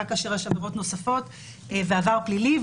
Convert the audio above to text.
רק כאשר יש עבירות נוספות ועבר פלילי,